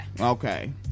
Okay